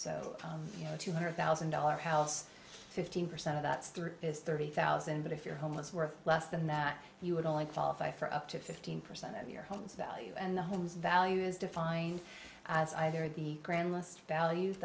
so you know two hundred thousand dollars house fifteen percent of that is thirty thousand but if you're homeless worth less than that you would only qualify for up to fifteen percent of your home's value and the whose values defined as either the grandest value